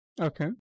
Okay